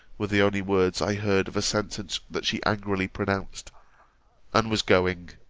were the only words i heard of a sentence that she angrily pronounced and was going.